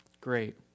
Great